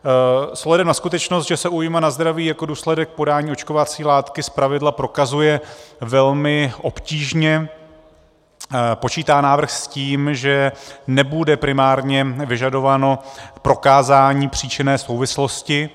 S ohledem na skutečnost, že se újma na zdraví jako důsledek podání očkovací látky zpravidla prokazuje velmi obtížně, počítá návrh s tím, že nebude primárně vyžadováno prokázání příčinné souvislosti.